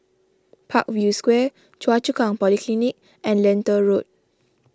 Parkview Square Choa Chu Kang Polyclinic and Lentor Road